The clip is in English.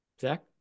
Zach